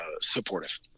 supportive